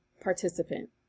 participant